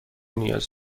نیاز